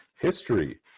History